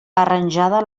arranjada